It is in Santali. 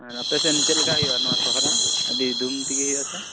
ᱟᱨ ᱟᱯᱮᱥᱮᱫ ᱪᱮᱫᱞᱮᱠᱟ ᱦᱩᱭᱩᱜᱼᱟ ᱱᱚᱣᱟ ᱥᱚᱨᱦᱟᱭ ᱟ ᱰᱤ ᱫᱷᱩᱢ ᱛᱮᱜᱮ ᱦᱩᱭᱩᱜᱼᱟ ᱥᱮ